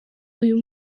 uyu